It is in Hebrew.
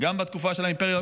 גם בתקופה של האימפריה,